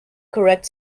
correct